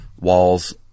walls